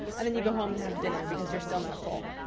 and then you go home and have dinner because you're still not full.